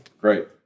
Great